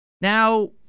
Now